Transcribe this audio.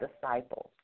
disciples